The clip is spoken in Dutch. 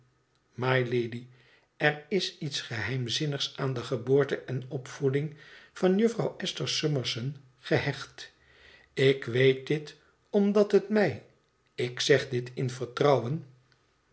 mylady er is iets geheimzinnigs aan de geboorte en opvoeding van jufvrouw esther summerson gehecht ik weet dit omdat het mij ik zeg dit in vertrouwen